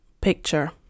picture